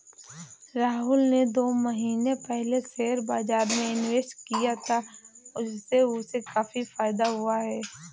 राहुल ने दो महीने पहले शेयर बाजार में इन्वेस्ट किया था, उससे उसे काफी फायदा हुआ है